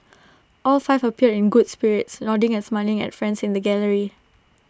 all five appeared in good spirits nodding and smiling at friends in the gallery